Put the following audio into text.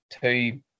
two